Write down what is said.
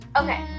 Okay